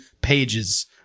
pages